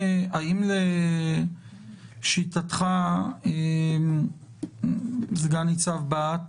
האם לשיטתך, סגן ניצב בהט,